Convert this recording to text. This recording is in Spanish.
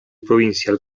provincial